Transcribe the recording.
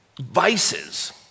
vices